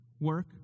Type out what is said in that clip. work